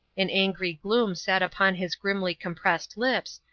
an angry gloom sat upon his grimly compressed lips,